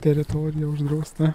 teritorija uždrausta